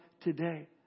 today